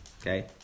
Okay